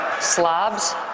slobs